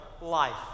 life